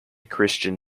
christian